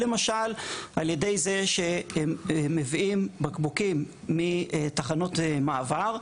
הם מביאים בקבוקים מתחנות מעבר,